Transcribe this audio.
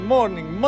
Morning